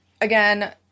again